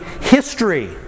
history